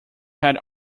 had